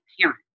parent